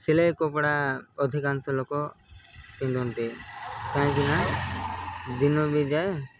ସିଲେଇ କପଡ଼ା ଅଧିକାଂଶ ଲୋକ ପିନ୍ଧନ୍ତି କାହିଁକିନା ଦିନ ବି ଯାଏ